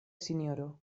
sinjoro